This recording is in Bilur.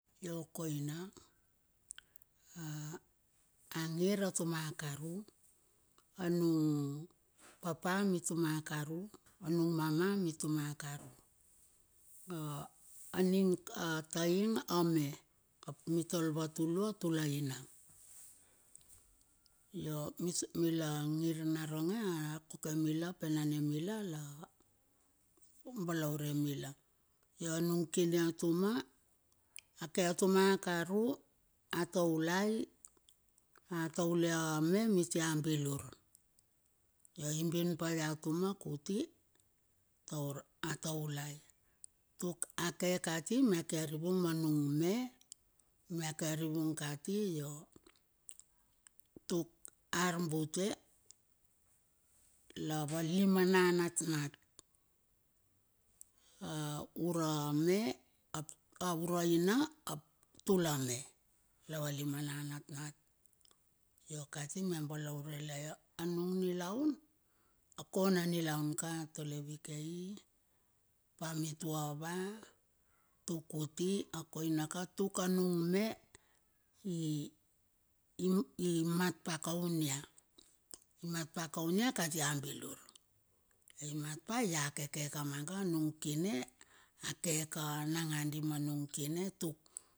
Io koina, a angir a tuma karu. Anung papa mituma karu, anung mama mituma karu. A aning ataem a me, ap mitol va tulua tulaina. Io mit mila ngir naronge ap koke mila ap enane mila la balaure mila. Io anung kine atuma, ake atuma karu, a taulai. A taule a me miti a bilur. Ai bunpa ia atuma kuti taura taulai. Tuk ake kati mia kear. Vung ma nung me mia keari vung kati io tuk arbute lava lima na natnat. Ura me. Ap a ura ina ap tula me. Lava lima na va natnat. Io kati mia balaure la io. Anung nilaun a kona nilaun ka atole vakei pamitua vatuk kiti. A koina ka tuk anung me i mat pa kaun ia. Mat pa kaun ia kati a bilur. Ai mat pa ia keke kamaga nung kine a keka nanga di ma nung kine tuk.